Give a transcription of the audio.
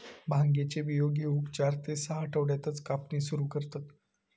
भांगेचे बियो घेऊक चार ते सहा आठवड्यातच कापणी सुरू करतत